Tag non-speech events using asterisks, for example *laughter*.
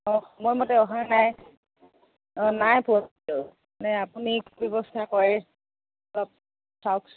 অঁ সময়মতে অহা নাই অঁ নাই পোৱা *unintelligible*